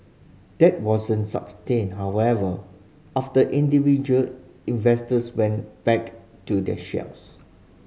that wasn't sustained however after individual investors went back to their shells